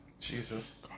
Jesus